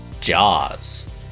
Jaws